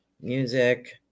Music